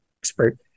expert